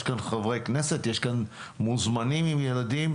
יש כאן חברי כנסת, יש כאן מוזמנים עם ילדים.